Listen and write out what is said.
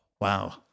Wow